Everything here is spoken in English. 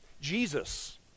Jesus